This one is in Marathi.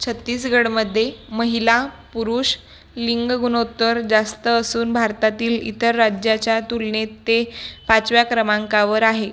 छत्तीसगडमध्ये महिला पुरुष लिंग गुणोत्तर जास्त असून भारतातील इतर राज्याच्या तुलनेत ते पाचव्या क्रमांकावर आहे